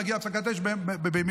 להגיע להפסקת אש במהירות,